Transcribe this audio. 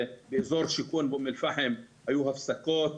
זה אזור שכל אום אל פחם היו הפסקות,